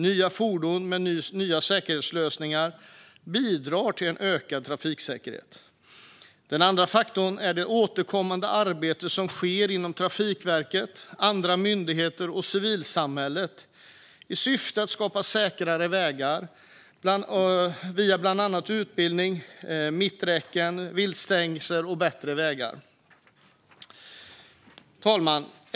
Nya fordon med nya säkerhetslösningar bidrar till ökad trafiksäkerhet. En annan faktor är det återkommande arbete som sker inom Trafikverket, andra myndigheter och civilsamhället i syfte att skapa säkrare vägar genom bland annat utbildning, mitträcken, viltstängsel och bättre vägar. Fru talman!